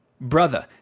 brother